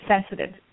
sensitive